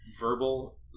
verbal